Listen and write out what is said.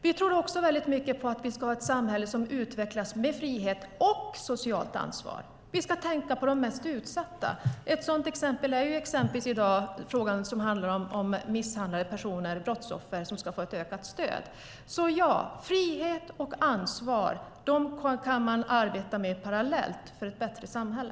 Vi tror också mycket på att vi ska ha ett samhälle som utvecklas med frihet och socialt ansvar. Vi ska tänka på de mest utsatta. Ett sådant exempel är frågan som handlar om misshandlade personer, brottsoffer, som ska få ett ökat stöd. Ja, frihet och ansvar kan man arbeta med parallellt för ett bättre samhälle.